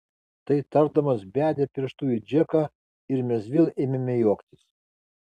tai tardamas bedė pirštu į džeką ir mes vėl ėmėme juoktis